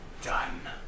Done